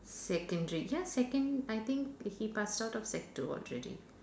secondary ya second I think he passed out of sec two already